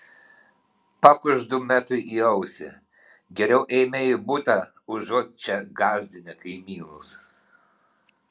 pakuždu metui į ausį geriau eime į butą užuot čia gąsdinę kaimynus